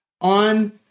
on